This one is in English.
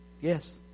Yes